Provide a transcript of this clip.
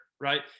right